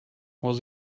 was